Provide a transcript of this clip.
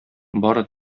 бары